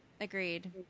agreed